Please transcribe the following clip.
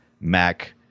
Mac